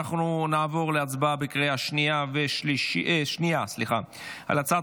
אנחנו נעבור להצבעה בקריאה שנייה על הצעת